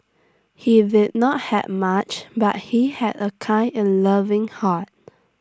he did not have much but he had A kind and loving heart